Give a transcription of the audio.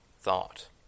thought